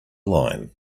line